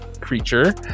creature